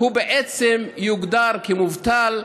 הוא יוגדר כמובטל,